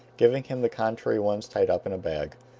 giving him the contrary ones tied up in a bag.